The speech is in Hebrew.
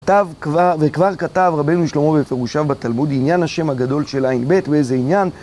כתב כבר... וכבר כתב רבינו שלמה בפירושיו בתלמוד עניין השם הגדול של ע' ב', הוא איזה עניין...